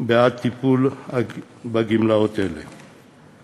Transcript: בעד הטיפול בגמלאות אלה.